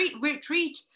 retreat